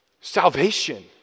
Salvation